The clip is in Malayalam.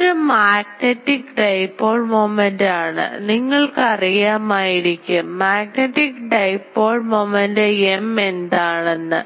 ഇതൊരു മാഗ്നെറ്റിക് Dipole moment ആണ്നിങ്ങൾക്ക് അറിയാമായിരിക്കും മാഗ്നെറ്റിക് Dipole moment M എന്താണെന്ന്